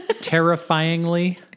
Terrifyingly